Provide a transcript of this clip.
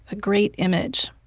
a great image.